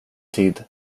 tid